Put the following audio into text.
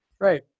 right